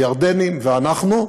הירדנים ואנחנו.